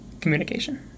communication